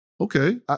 okay